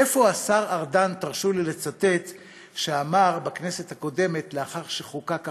איפה השר ארדן שאמר בכנסת הקודמת לאחר שחוקק החוק,